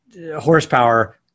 horsepower